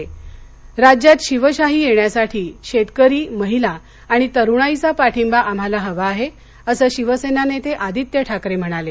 आदित्य ठाकरे राज्यात शिवशाही येण्यासाठी शेतकरी महिला आणि तरुणाईचा पाठिंबा आम्हाला हवा आहे असं शिवसेना नेते आदित्य ठाकरे म्हणाले